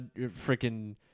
freaking